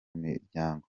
miryango